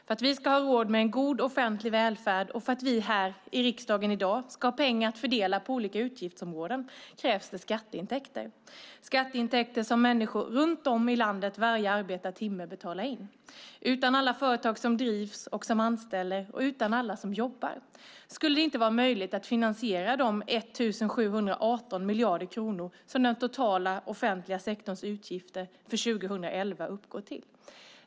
För att vi ska ha råd med en god offentlig välfärd och för att vi här i riksdagen i dag ska ha pengar att fördela på olika utgiftsområden krävs det skatteintäkter, skatteintäkter som människor runt om i landet varje arbetad timme betalar in. Utan alla företag som drivs och som anställer och utan alla som jobbar skulle det inte vara möjligt att finansiera de 1 718 miljarder kronor som den offentliga sektorns utgifter för 2011 uppgår till.